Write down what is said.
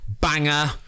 banger